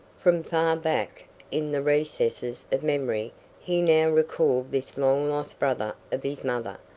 from far back in the recesses of memory he now recalled this long-lost brother of his mother.